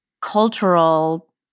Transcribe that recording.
cultural